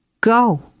go